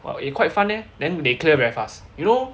!wah! eh quite fun eh then they clear very fast you know